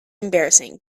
embarrassing